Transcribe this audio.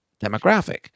demographic